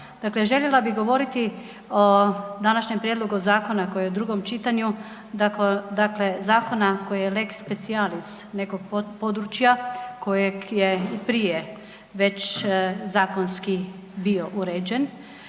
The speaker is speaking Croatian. dakle željela bi govoriti o današnjem prijedloga zakona koji je u drugom čitanju, dakle zakona koji je lex specialis nekoga područja kojeg je prije već zakonski bio uređen